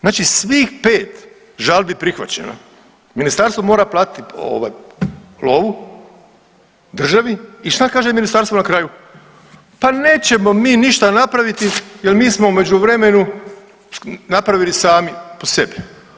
Znači svih 5 žalbi je prihvaćeno, ministarstvo mora platiti ovaj lovu državi i šta kaže ministarstvo na kraju, pa nećemo mi ništa napraviti jer mi smo u međuvremenu napravili sami po sebi.